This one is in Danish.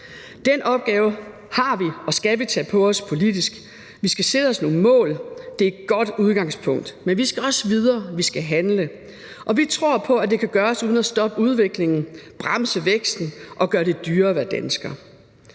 Den opgave har vi og skal vi tage på os politisk. Vi skal sætte os nogle mål. Det er et godt udgangspunkt, men vi skal også videre. Vi skal handle. Og vi tror på, at det kan gøres uden at stoppe udviklingen, bremse væksten og gøre det dyrere at være dansker.